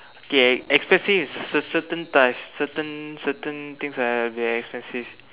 okay expensive is certain certain types certain certain things I have to be expensive